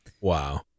Wow